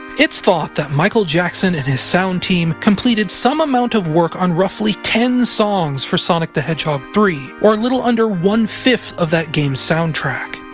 it's thought that michael jackson and his sound team completed some amount of work on roughly ten songs for sonic the hedgehog three, or a little under one fifth of that game's soundtrack.